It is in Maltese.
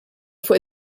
fuq